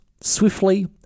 swiftly